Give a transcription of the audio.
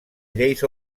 lleis